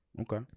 Okay